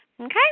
Okay